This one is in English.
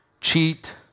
cheat